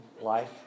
life